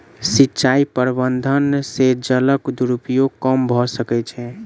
सिचाई प्रबंधन से जलक दुरूपयोग कम भअ सकै छै